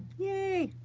yay.